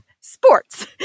Sports